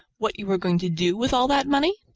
what you are going to do with all that money?